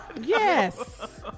Yes